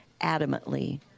adamantly